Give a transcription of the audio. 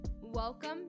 Welcome